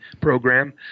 program